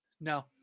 No